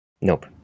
Nope